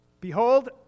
Behold